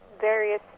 various